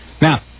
Now